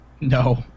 No